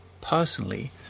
personally